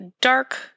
dark